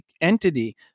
entity